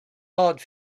hard